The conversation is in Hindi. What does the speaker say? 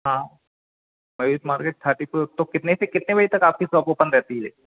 हाँ मयूर मार्केट थर्टी फोर तो कितने से कितने बजे तक आपकी सॉप ओपन रहती है